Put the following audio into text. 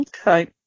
Okay